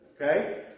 Okay